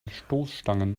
stoßstangen